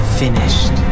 finished